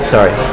Sorry